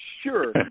sure